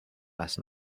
last